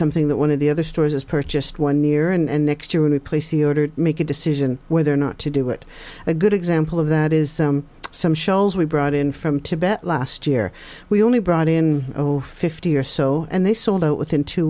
something that one of the other stores is purchased one year and next year we replace the order to make a decision whether or not to do it a good example of that is some shells we brought in from tibet last year we only brought in over fifty or so and they sold out within two